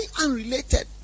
unrelated